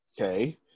okay